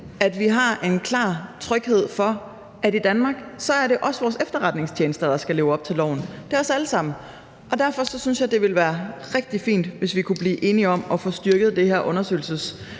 at vi har en klar tryghed for, at det i Danmark også er vores efterretningstjenester, der skal leve op til loven, altså at det er os alle sammen, og derfor synes jeg, det ville være rigtig fint, hvis vi kunne blive enige om at få styrket det her undersøgelseskommissorium